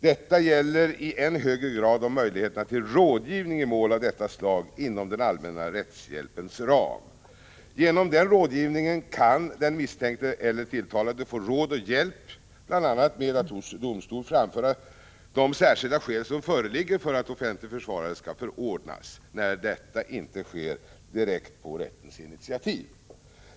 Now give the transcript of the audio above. Detta gäller i än högre grad om möjligheterna till rådgivning i mål av detta slag inom den allmänna rättshjälpens ram. Genom denna rådgivning kan den misstänkte eller tilltalade få råd och hjälp, bl.a. med att hos domstolen framföra de särskilda skäl som föreligger för att en offentlig försvarare skall förordnas när detta inte sker direkt på rättens initiativ.